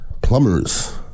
plumbers